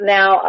Now